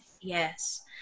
Yes